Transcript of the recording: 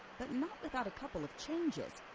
but not without a couple of changes.